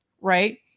Right